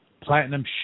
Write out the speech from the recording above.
Platinum